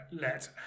let